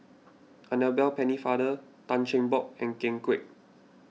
Annabel Pennefather Tan Cheng Bock and Ken Kwek